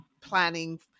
planning